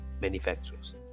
manufacturers